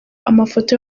amafoto